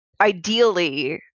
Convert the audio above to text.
Ideally